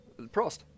Prost